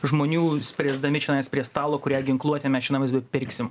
žmonių spręsdami čionais prie stalo kurią ginkluotę mes čionais bepirksim